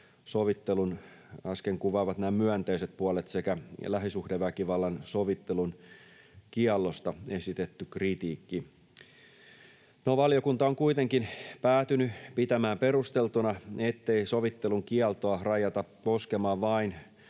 sovittelun äsken kuvatut myönteiset puolet sekä lähisuhdeväkivallan sovittelun kiellosta esitetty kritiikki. No, valiokunta on kuitenkin päätynyt pitämään perusteltuna, ettei sovittelun kieltoa rajata koskemaan vain